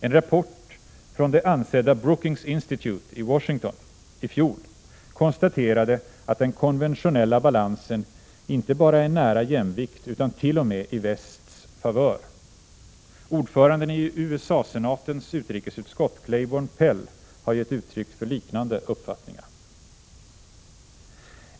En rapport från det ansedda Brookings Institute i Washington i fjol konstaterade att den konventionella balansen inte bara är nära jämvikt utan t.o.m. i västs favör. Ordföranden i USA-senatens utrikesutskott, Claiborne Pell, har gett uttryck för liknande uppfattningar.